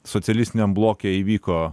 socialistiniam bloke įvyko